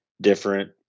different